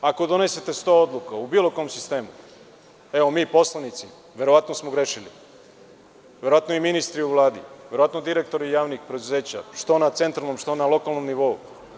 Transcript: Ako donesete 100 odluka u bilo kom sistemu, mi poslanici verovatno smo grešili, verovatno i ministri u Vladi, direktori javnih preduzeća, što na centralnom ili lokalnom nivou.